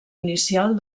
inicial